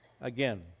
again